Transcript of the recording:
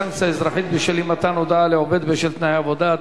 סנקציה אזרחית בשל אי-מתן הודעה לעובד על תנאי עבודה),